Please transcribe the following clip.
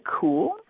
cool